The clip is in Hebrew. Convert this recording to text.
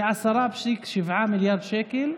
היא 10.7 מיליארד שקל.